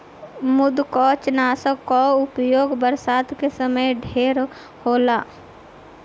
मृदुकवचनाशक कअ उपयोग बरसात के समय ढेर होला